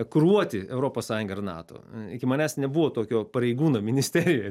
kuruoti europos sąjungą ir nato iki manęs nebuvo tokio pareigūno ministerijoje